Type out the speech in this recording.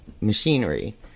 machinery